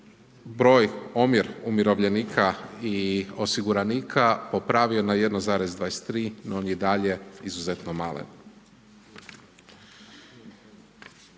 broj, omjer umirovljenika i osiguranika popravio na 1,23, no on je i dalje izuzetno malen.